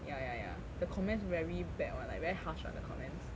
ya ya ya the comments very bad [one] like very harsh [one] the comments